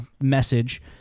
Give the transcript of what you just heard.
message